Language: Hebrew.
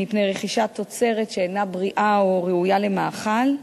מפני רכישת תוצרת שאינה בריאה או אינה ראויה למאכל,